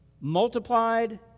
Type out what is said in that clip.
multiplied